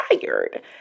tired